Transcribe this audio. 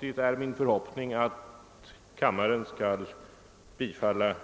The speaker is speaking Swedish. till vars inrättande jag hoppas att kammaren skall lämna sitt bifall.